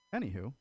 Anywho